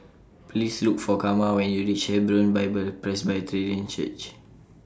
Please Look For Karma when YOU REACH Hebron Bible Presbyterian Church